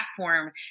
platform